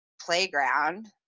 playground